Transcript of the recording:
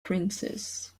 princess